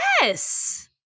Yes